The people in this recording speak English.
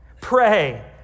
Pray